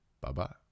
Bye-bye